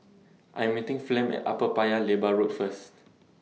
I Am meeting Flem At Upper Paya Lebar Road First